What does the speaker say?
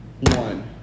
One